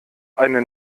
eine